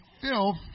filth